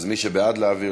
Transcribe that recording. אז מי שבעד להעביר,